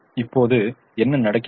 இப்போது என்ன நடக்கிறது